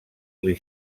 les